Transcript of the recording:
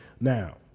Now